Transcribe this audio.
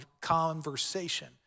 conversation